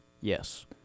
yes